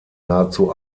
nahezu